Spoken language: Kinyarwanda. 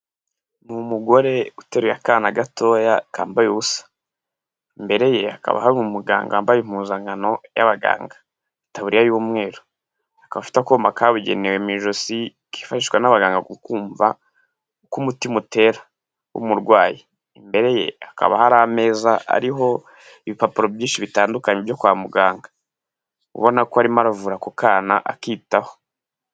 Ni umugore uteruye akana gatoya kambaye ubusa, imbere ye hakaba hari umuganga wambaye impuzankano y'abaganga itaburiya y'umweru, akaba afite akuma kabugenewe mu ijosi kifashishwa n'abaganga ku kumva uko umutima utera w'umurwayi, imbere ye hakaba hari ameza ariho ibipapuro byinshi bitandukanye byo kwa muganga ubona ko arimo aravura ako kana akitaho.